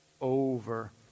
over